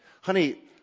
honey